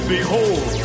Behold